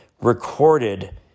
recorded